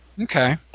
Okay